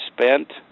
spent